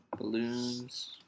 Balloons